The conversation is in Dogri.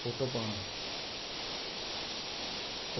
फोटो पाना